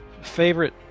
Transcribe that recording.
favorite